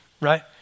Right